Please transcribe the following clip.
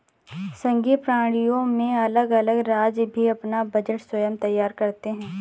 संघीय प्रणालियों में अलग अलग राज्य भी अपना बजट स्वयं तैयार करते हैं